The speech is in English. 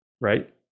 right